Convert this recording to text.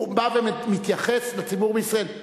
הוא בא ומתייחס לציבור בישראל.